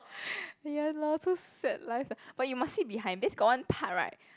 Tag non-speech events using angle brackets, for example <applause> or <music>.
<laughs> ya lor so sad life sia but you must see behind this got one part right